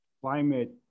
climate